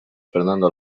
fernando